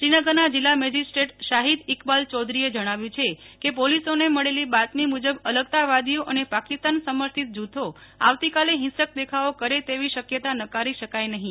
શ્રીનગરના જિલ્લા મેજીસ્ટ્રેટ શાહીદ ઇકબાલ ચૌધરીએ જણાવ્યું છે કે પોલીસોને મળેલી બાતમી મુજબ અલગતાવાદીઓ અને પાકિસ્તાન સમર્થીત જુથો આવતીકાલે હિંસક દેખાવો કરે તેવી શક્યતા નકારી શકાય નહીં